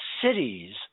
cities